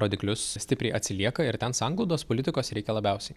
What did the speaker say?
rodiklius stipriai atsilieka ir ten sanglaudos politikos reikia labiausiai